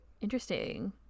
Interesting